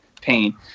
pain